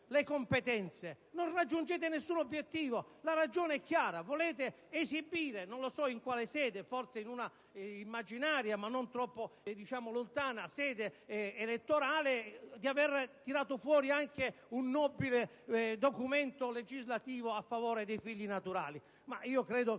Non raggiungete nessun obiettivo, e la ragione è chiara: volete esibire, non so in quale sede, forse in un'immaginaria ma non troppo lontana sede elettorale, di avere tirato fuori anche un nobile documento legislativo a favore dei figli naturali.